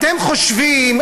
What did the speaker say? אתם חושבים,